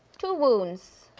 two wounds.